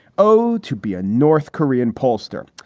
oh, to be a north korean pollster.